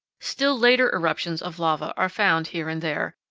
still later eruptions of lava are found here and there,